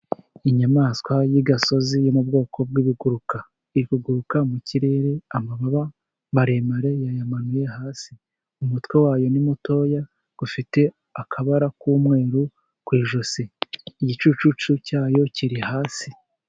Inyamaswa y'i gasozi yo mu bwoko bw'ibiguruka iri kuguruka mu kirere, amababa maremare yayamanuye hasi, umutwe wayo ni mutoya ufite akabara k'umweru ku ijosi, igicucucucu cyayo kiri hasi.